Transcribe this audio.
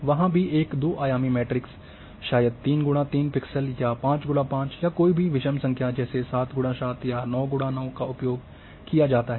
वहाँ भी एक दो आयामी मैट्रिक्स शायद 3 X 3 पिक्सेल या 5 X 5 या कोई भी विषम संख्या जैसे 7 X 7 या 9 X 9 का उपयोग किया जाता है